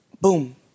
boom